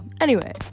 Anyway-